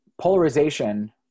Polarization